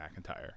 McIntyre